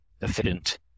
efficient